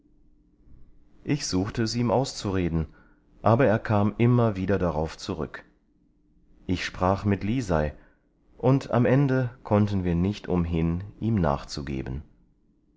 ich suchte es ihm auszureden aber er kam immer wieder darauf zurück ich sprach mit lisei und am ende konnten wir nicht umhin ihm nachzugeben